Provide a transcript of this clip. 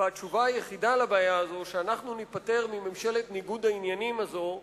התשובה היחידה לבעיה הזו היא שאנחנו ניפטר מממשלת ניגוד העניינים הזאת,